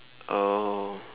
oh